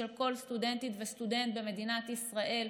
של כל סטודנטית וסטודנט במדינת ישראל.